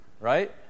Right